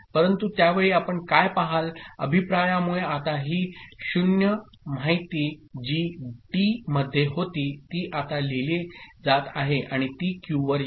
परंतु त्यावेळी आपण काय पहाल अभिप्रायामुळे आता ही 0 माहिती जी टी मध्ये होती ती आता लिहिले जात आहे आणि ती क्यू वर येते